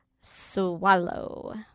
swallow